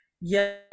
Yes